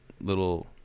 little